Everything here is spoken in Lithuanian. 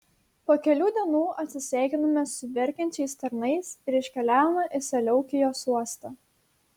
po kelių dienų atsisveikinome su verkiančiais tarnais ir iškeliavome į seleukijos uostą